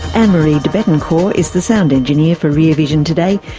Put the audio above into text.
and ann-marie debettencor is the sound engineer for rear vision today.